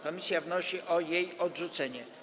Komisja wnosi o jej odrzucenie.